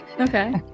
Okay